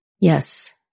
yes